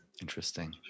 Interesting